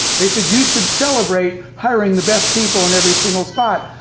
they said, you should celebrate hiring the best people in every single spot.